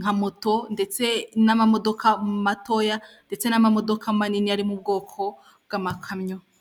nka moto ndetse n'amamodoka matoya ndetse n'amamodoka manini ari mu bwoko bw'amakamyo.